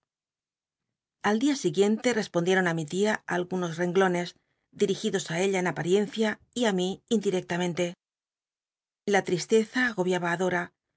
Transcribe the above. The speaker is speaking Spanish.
l día siguiente respondieron á mi tia alguno renglones dirigidos í ella en apariencia y á mí indirectamente la tristeza agobiaba á dora